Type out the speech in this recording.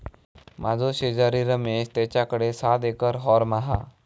माझो शेजारी रमेश तेच्याकडे सात एकर हॉर्म हा